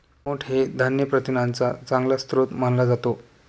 मोठ हे धान्य प्रथिनांचा चांगला स्रोत मानला जातो